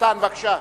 מתן, בבקשה.